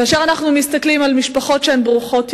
כאשר אנחנו מסתכלים על משפחות ברוכות ילדים,